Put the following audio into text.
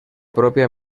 pròpia